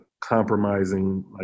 compromising